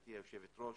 גברתי היושבת-ראש,